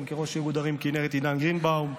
ראש איגוד ערים כינרת אילן גרינבאום,